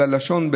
בלשון,